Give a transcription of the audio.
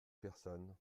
personnes